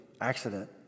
accident